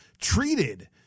treated